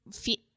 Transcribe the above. fit